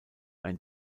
ein